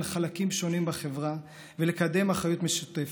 חלקים שונים בחברה ולקדם אחריות משותפת.